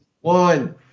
One